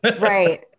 right